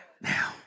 now